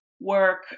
work